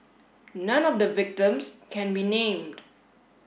none of the victims can be named